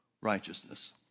righteousness